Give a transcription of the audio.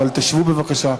אבל תשבו בבקשה.